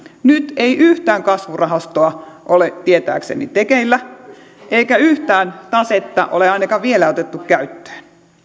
nyt ei yhtään kasvurahastoa ole tietääkseni tekeillä eikä yhtään tasetta ole ainakaan vielä otettu käyttöön